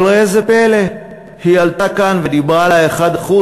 אבל ראה זה פלא, היא עלתה כאן ודיברה על ה-1%.